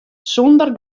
sûnder